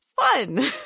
fun